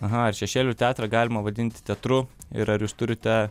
aha ar šešėlių teatrą galima vadinti teatru ir ar jūs turite